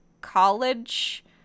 college